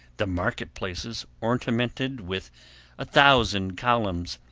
the market places ornamented with a thousand columns,